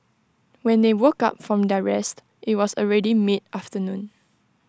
when they woke up from their rest IT was already mid afternoon